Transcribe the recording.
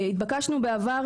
התבקשנו בעבר,